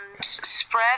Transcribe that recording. spread